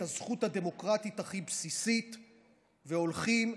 הזכות הדמוקרטית הכי בסיסית והולכים,